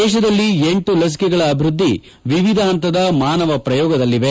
ದೇಶದಲ್ಲಿ ಎಂಟು ಲಸಿಕೆಗಳ ಅಭಿವೃದ್ಲಿ ವಿವಿಧ ಹಂತದ ಮಾನವ ಪ್ರಯೋಗದಲ್ಲಿವೆ